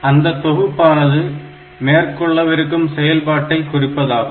அந்த தொகுப்பானது மேற்கொள்ளவிருக்கும் செயல்பாட்டை குறிப்பதாகும்